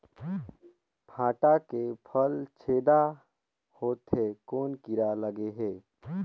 भांटा के फल छेदा होत हे कौन कीरा लगे हे?